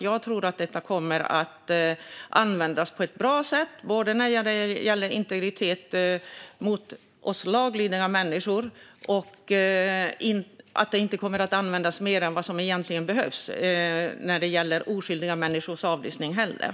Jag tror att de kommer att användas på ett bra sätt när det gäller laglydiga människors integritet och att de inte kommer att användas mer än vad som egentligen behövs när det gäller avlyssning av oskyldiga människor.